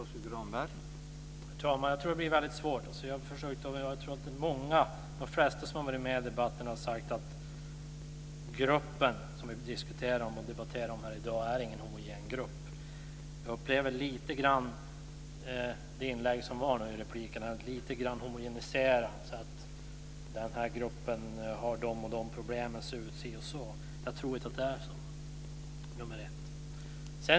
Herr talman! Jag tror att det blir väldigt svårt. De flesta som har deltagit i debatten har sagt att den grupp som vi diskuterar i dag inte är homogen. Jag upplever de repliker som har gjorts som lite grann homogeniserande, som att gruppen skulle ha problem av en viss karaktär. Jag tror inte att det är så.